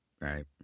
right